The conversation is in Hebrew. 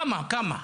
כמה, כמה?